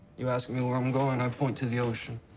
you ask me where i'm going. i point to the ocean.